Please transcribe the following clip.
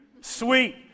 Sweet